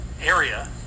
area